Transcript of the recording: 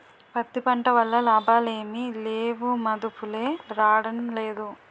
పత్తి పంట వల్ల లాభాలేమి లేవుమదుపులే రాడంలేదు